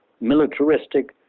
militaristic